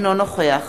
אינו נוכח